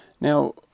now